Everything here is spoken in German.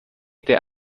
der